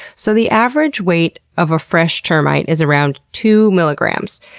so the average weight of a fresh termite is around two milligrams.